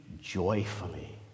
joyfully